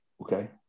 Okay